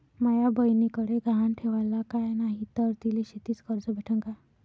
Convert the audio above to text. माया बयनीकडे गहान ठेवाला काय नाही तर तिले शेतीच कर्ज भेटन का?